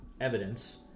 evidence